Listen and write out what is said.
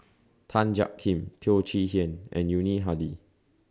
Tan Jiak Kim Teo Chee Hean and Yuni Hadi